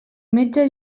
metge